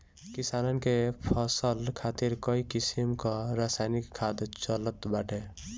किसानन के फसल खातिर कई किसिम कअ रासायनिक खाद चलत बाटे